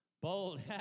Bold